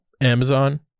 Amazon